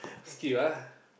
skip ah